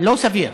לא סביר.